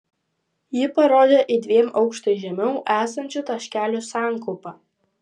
ji parodė į dviem aukštais žemiau esančių taškelių sankaupą